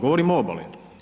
Govorim o obali.